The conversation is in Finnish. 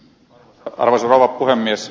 arvoisa rouva puhemies